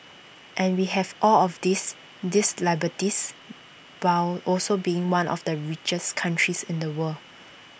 and we have all of these these liberties while also being one of the richest countries in the world